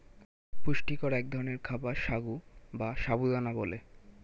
পুষ্টিকর এক ধরনের খাবার সাগু বা সাবু দানা বলে